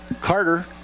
Carter